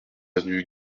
avenue